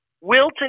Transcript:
Wilton